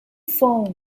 phone